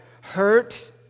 hurt